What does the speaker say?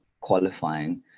qualifying